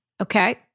Okay